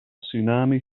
tsunami